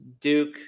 Duke